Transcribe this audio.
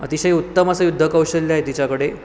अतिशय उत्तम असं युद्ध कौशल्य आहे तिच्याकडे